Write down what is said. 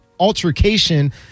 Altercation